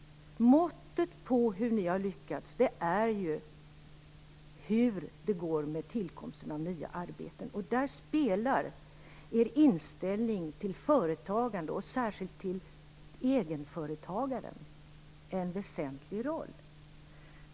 Måttet på hur ni har lyckats är ju hur det går med tillkomsten med nya arbeten. Er inställning till företagare, särskilt till egenföretagare, spelar en väsentlig roll.